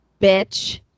Bitch